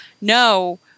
no